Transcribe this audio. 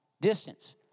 distance